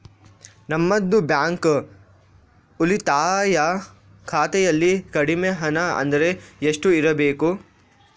ನಮ್ಮದು ಬ್ಯಾಂಕ್ ಉಳಿತಾಯ ಖಾತೆಯಲ್ಲಿ ಕಡಿಮೆ ಹಣ ಅಂದ್ರೆ ಎಷ್ಟು ಇರಬೇಕು?